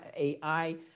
AI